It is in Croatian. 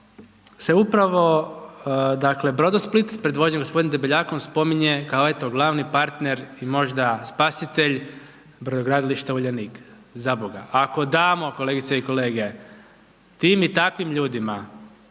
se upravo Brodosplit, predvođen g. Debeljakom spominje, kao eto, glavni partner i možda spasitelj brodogradilišta Uljanika. Zaboga, ako damo kolegice i kolege, tim i takvim ljudima